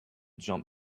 jump